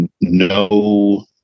no